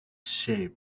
shape